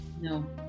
No